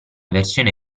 versione